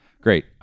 great